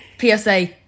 PSA